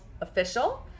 official